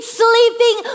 sleeping